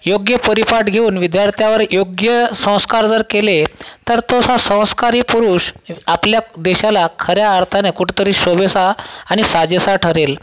योग्य परिपाठ घेऊन विद्यार्थ्यावर योग्य संस्कार जर केले तर तसा संस्कारी पुरुष आपल्या देशाला खऱ्या अर्थानं कुठं तरी शोभेसा आणि साजेसा ठरेल